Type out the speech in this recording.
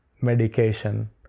medication